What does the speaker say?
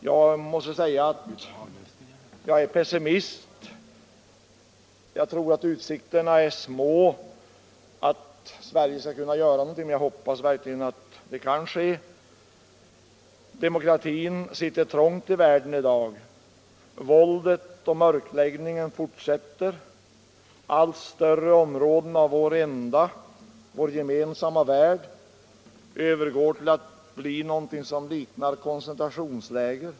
Jag är pessimist inför Sveriges utsikter att kunna göra någonting, men jag hoppas verkligen det. Demokratin i världen sitter trångt i dag. Våldet och mörkläggningen fortsätter. Allt större områden av vår gemensamma värld övergår till att bli någonting som liknar koncentrationsläger.